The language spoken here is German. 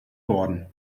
worden